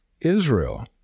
Israel